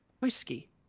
Whiskey